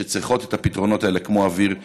שצריכות את הפתרונות האלה כמו אוויר לנשימה.